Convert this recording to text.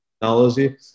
technology